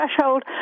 threshold